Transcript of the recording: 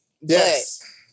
Yes